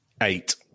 Eight